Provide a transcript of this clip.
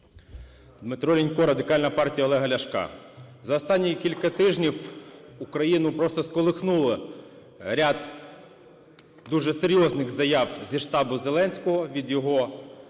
Дмитро Лінько, Радикальна партія Олега Ляшка. За останні кілька тижнів Україну просто сколихнуло ряд дуже серйозних заяв зі штабу Зеленського від його